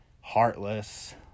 Heartless